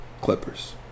Clippers